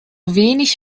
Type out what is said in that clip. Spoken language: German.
wenig